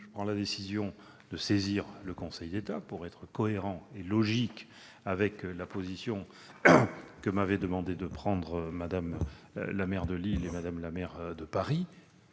pris la décision de saisir le Conseil d'État pour être cohérent et logique avec la position que m'avaient demandé d'adopter la maire de Lille et celle de Paris.